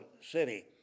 city